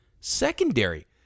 secondary